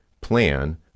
plan